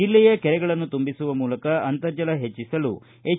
ಜಿಲ್ಲೆಯ ಕೆರೆಗಳನ್ನು ತುಂಬಿಸುವ ಮೂಲಕ ಅಂತರ್ಜಲ ಹೆಚ್ಚಿಸಲು ಎಚ್